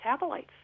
metabolites